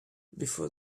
before